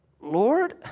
Lord